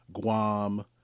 Guam